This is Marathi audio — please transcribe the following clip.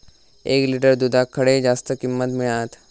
एक लिटर दूधाक खडे जास्त किंमत मिळात?